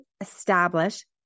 establish